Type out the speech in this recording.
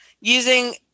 using